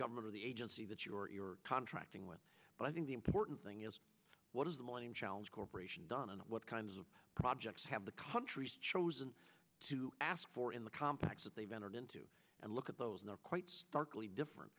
government of the agency that you are contracting with but i think the important thing is what is the millennium challenge corporation done and what kinds of projects have the countries chosen to ask for in the compact that they've entered into and look at those not quite starkly different